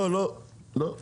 לא, לא, לא.